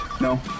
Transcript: No